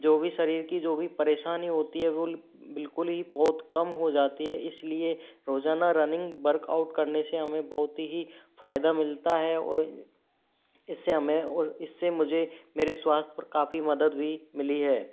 जो भी शरीर की जो भी परेशानी होती है वो बिल्कुल ही बहुत कम हो जाती है इस लिए रोज़ाना रनिंग वर्कआउट करने से हमें बहुत ही फ़ायदा मिलता है और इस से हमें और इस से मुझे मेरे स्वास्थ्य पर काफ़ी मदद भी मिली है